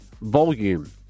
volume